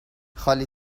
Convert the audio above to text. خالی